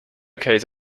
case